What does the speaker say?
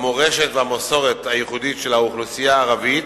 המורשת והמסורת הייחודית של האוכלוסייה הערבית